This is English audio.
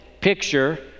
Picture